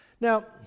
Now